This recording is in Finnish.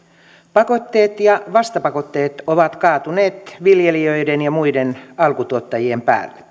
pakotteet ja vastapakotteet ovat kaatuneet viljelijöiden ja muiden alkutuottajien päälle